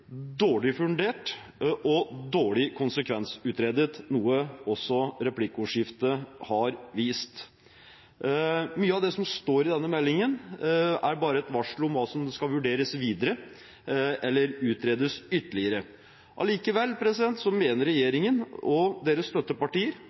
dårlig fundert og dårlig konsekvensutredet, noe også replikkordskiftet har vist. Mye av det som står i meldingen, er bare et varsel om hva som skal vurderes videre eller utredes ytterligere. Likevel mener regjeringen og deres støttepartier